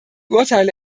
urteile